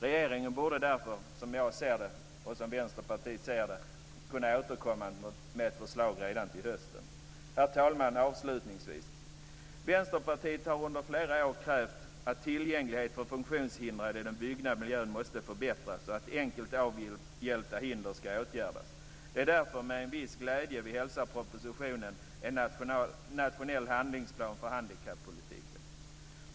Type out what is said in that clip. Regeringen borde därför, som jag och Vänsterpartiet ser det, kunna återkomma med ett förslag redan till hösten. Herr talman! Avslutningsvis vill jag säga att Vänsterpartiet under flera år har krävt att tillgängligheten för funktionshindrade vad gäller den byggda miljön ska förbättras och att enkelt avhjälpta hinder ska åtgärdas. Det är därför med en viss glädje vi hälsar propositionen En nationell handlingsplan för handikappolitiken.